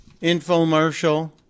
infomercial